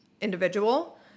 individual